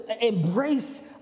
embrace